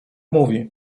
mówi